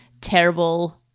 terrible